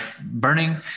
burning